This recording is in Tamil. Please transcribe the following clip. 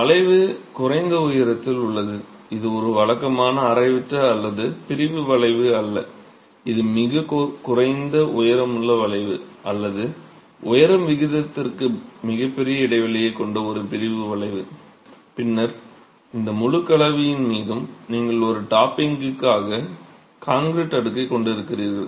வளைவு குறைந்த உயரத்தில் உள்ளது இது ஒரு வழக்கமான அரைவட்ட அல்லது பிரிவு வளைவு அல்ல இது மிகக் குறைந்த உயரமுள்ள வளைவு அல்லது உயரும் விகிதத்திற்கு மிகப் பெரிய இடைவெளியைக் கொண்ட ஒரு பிரிவு வளைவு ஆகும் பின்னர் இந்த முழு கலவையின் மீதும் நீங்கள் ஒரு டாப்பிங்காக கான்கிரீட் அடுக்கைக் கொண்டிருக்கிறீர்கள்